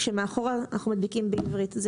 כשמאחור אנחנו מדביקים בעברית.